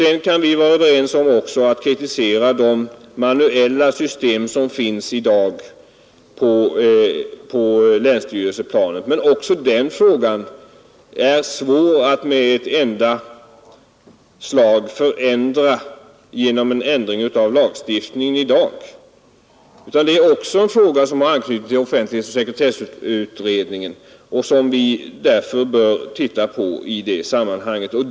Sedan kan vi vara överens om att kritisera det manuella system som nu används på länsstyrelseplanet, men även den frågan är svår att med ett enda slag lösa genom en ändring av lagstiftningen i dag. Det är också en fråga som har anknytning till offentlighetsoch sekretessutredningen, och den bör vi titta på i det sammanhanget.